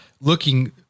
looking